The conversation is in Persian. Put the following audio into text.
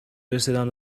رسیدن